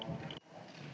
Hvala